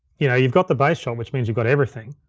you know you've got the base shot, which means you've got everything,